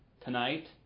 tonight